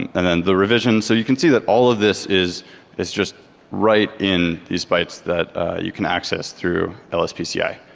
and then the revision, so you can see that all of this is is just right in these bytes that you can access through lspci.